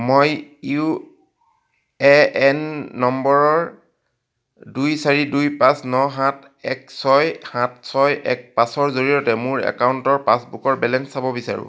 মই U A N নম্বৰৰ দুই চাৰি দুই পাঁচ ন সাত এক ছয় সাত ছয় এক পাঁচৰ জৰিয়তে মোৰ একাউণ্টৰ পাছবুকৰ বেলেঞ্চ চাব বিচাৰোঁ